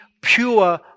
pure